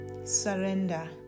surrender